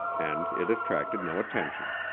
and it attracted no attention.